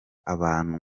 abantu